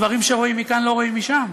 דברים שרואים מכאן לא רואים משם.